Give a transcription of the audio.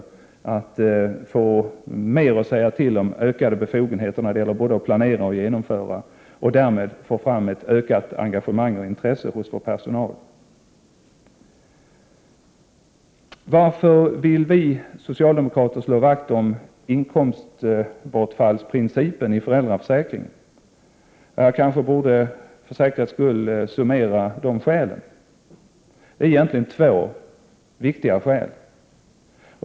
Personalen kan få mer att säga till om, få ökade befogenheter när det gäller både att planera och att genomföra idéer. Därmed får vi fram ett ökat engagemang och intresse hos vår personal. Varför vill vi socialdemokrater slå vakt om inkomstbortfallsprincipen i föräldraförsäkringen? Jag borde kanske för säkerhets skull summera de skälen. Det är egentligen två viktiga skäl.